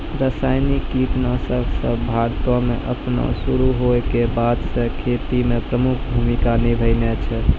रसायनिक कीटनाशक सभ भारतो मे अपनो शुरू होय के बादे से खेती मे प्रमुख भूमिका निभैने छै